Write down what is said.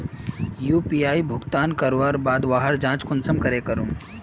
UPI भुगतान करवार बाद वहार जाँच कुंसम करे करूम?